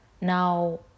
Now